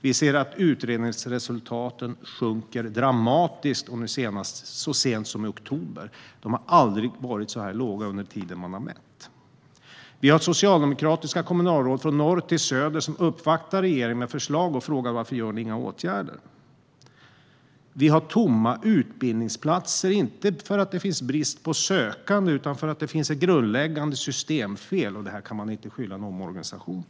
Vi ser att utredningsresultaten sjunker dramatiskt. Så sent som i oktober såg vi det senast. De har aldrig varit så här låga under tiden man har mätt. Vi har socialdemokratiska kommunalråd från norr till söder som uppvaktar regeringen med förslag och frågar varför den inte vidtar några åtgärder. Vi har tomma utbildningsplatser, inte för att det finns brist på sökande utan för att det finns ett grundläggande systemfel. Det kan man inte skylla på en omorganisation.